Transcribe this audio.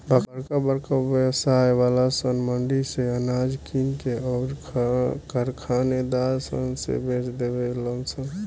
बरका बरका व्यवसाय वाला सन मंडी से अनाज किन के अउर कारखानेदार सन से बेच देवे लन सन